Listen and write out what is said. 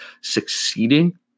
succeeding